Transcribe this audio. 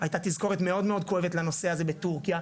הייתה תזכורת כואבת מאוד לנושא הזה בטורקיה.